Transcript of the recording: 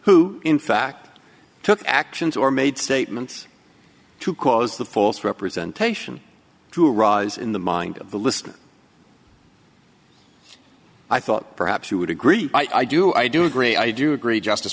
who in fact took actions or made statements to cause the false representation to rise in the mind of the listener i thought perhaps you would agree i do i do agree i do agree just